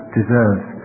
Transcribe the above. deserves